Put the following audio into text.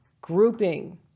grouping